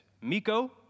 Miko